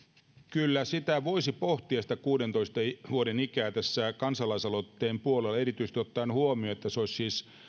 kyllä voisi pohtia sitä kuudentoista vuoden ikää tässä kansalaisaloitteen puolella erityisesti ottaen huomioon että se olisi siis